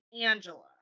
angela